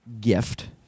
gift